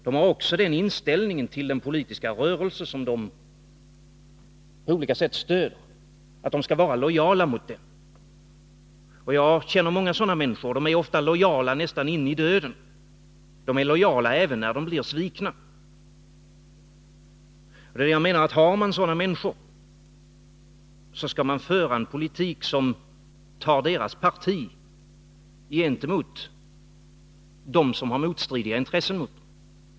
De har också den inställningen till den politiska rörelse som de på olika sätt stödjer att de skall vara lojala mot denna. Jag känner många sådana människor. De är ofta lojala, nästan in i döden. De är lojala även när de blir svikna. Har man sådana människor, skall man föra en politik som tar deras parti gentemot dem som har motstridiga intressen.